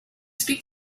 speak